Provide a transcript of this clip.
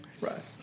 Right